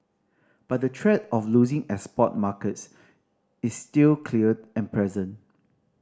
but the threat of losing export markets is still clear and present